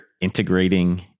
integrating